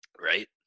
Right